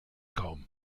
kaum